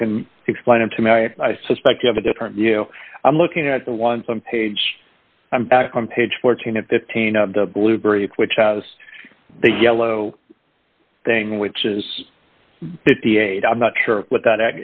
you can explain them to me i suspect you have a different view i'm looking at the one from page i'm back on page fourteen and fifteen of the blue brick which has the yellow thing which is fifty eight i'm not sure what that